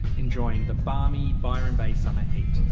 enjoying the balmy byron bay summer heat.